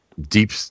deep